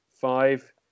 five